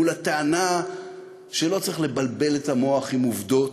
מול הטענה שלא צריך לבלבל את המוח עם עובדות.